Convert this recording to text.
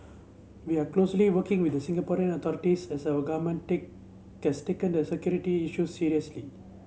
we are closely working with the Singaporean authorities as our government take has taken the security issue seriously